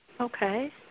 Okay